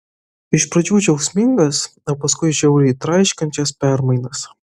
iš pradžių džiaugsmingas o paskui žiauriai traiškančias permainas